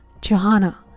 Johanna